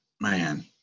man